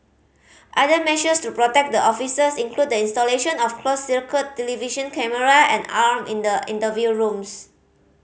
other measures to protect the officers include the installation of closed circuit television camera and alarm in the interview rooms